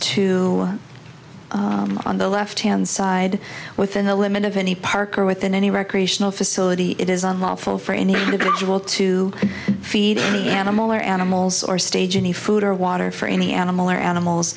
the on the left hand side within the limit of any park or within any recreational facility it is unlawful for any liberal to feed any animal or animals or stage any food or water for any animal or animals